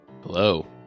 Hello